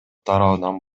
тарабынан